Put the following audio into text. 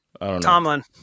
Tomlin